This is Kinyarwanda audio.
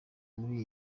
muri